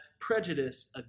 prejudice